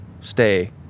stay